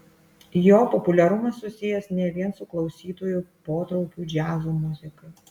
jo populiarumas susijęs ne vien su klausytojų potraukiu džiazo muzikai